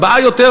ארבעה יותר,